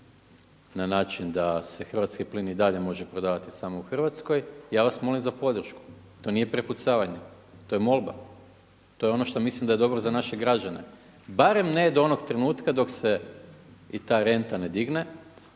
na način da se hrvatski plin i dalje može prodavati samo u Hrvatskoj, ja vas molim za podršku. To nije prepucavanje, to je molba, to je ono što mislim da je dobro za naše građane, barem ne do onog trenutka dok se i ta renta ne digne,